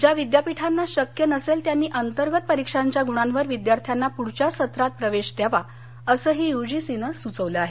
ज्या विद्यापीठांना शक्य नसेल त्यांनी अंतर्गत परिक्षांच्या गुणांवर विद्यार्थ्याना पुढच्या सत्रात प्रवेश द्यावा असंही युजीसीनं सुचवलं आहे